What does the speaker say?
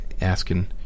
asking